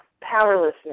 powerlessness